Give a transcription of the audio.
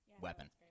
weapon